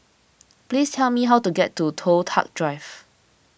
please tell me how to get to Toh Tuck Drive